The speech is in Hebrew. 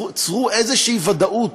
צרו איזושהי ודאות,